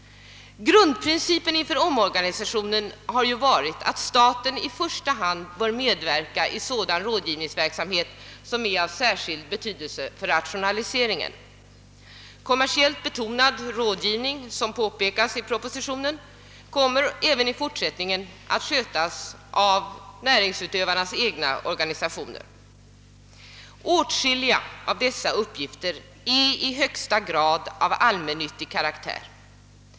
Grundprincipen inför omorganisationen har varit att staten i första hand bör medverka i sådan rådgivningsverksamhet som är av särskild betydelse för rationaliseringen. Såsom påpekas i pro positionen kommer kommersiellt betonad rådgivning även i fortsättningen att skötas av näringsutövarnas egna organisationer. Åtskilliga sådana uppgifter är i högsta grad av allmännyttig karaktär.